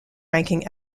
ranking